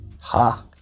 ha